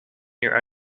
your